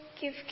give